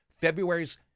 February's